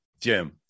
Jim